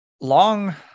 long